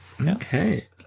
Okay